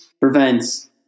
prevents